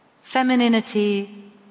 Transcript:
Femininity